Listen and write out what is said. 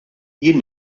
jien